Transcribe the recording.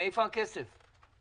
מאיפה הכסף?